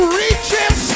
reaches